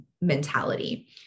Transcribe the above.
mentality